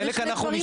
חלק אנחנו נשקול.